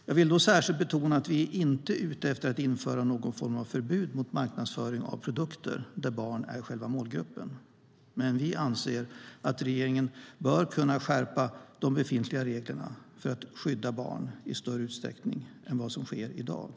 Jag vill särskilt betona att vi inte är ute efter att införa någon form av förbud mot marknadsföring av produkter där barn är själva målgruppen, men vi anser att regeringen bör kunna skärpa de befintliga reglerna för att skydda barnen i större utsträckning än vad som sker i dag.